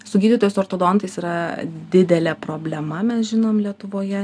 su gydytojais ortodontais yra didelė problema mes žinom lietuvoje